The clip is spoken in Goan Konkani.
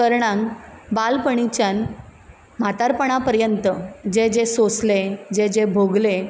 कर्णाक बालपणीच्यान म्हतारपणा पर्यंत जें जें सोसलें जें जें भोगलें